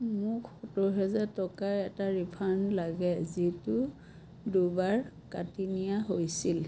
মোক সত্তৰ হাজাৰ টকাৰ এটা ৰিফাণ্ড লাগে যিটো দুবাৰ কাটি নিয়া হৈছিল